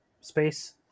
space